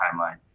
timeline